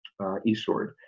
Esword